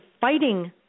fighting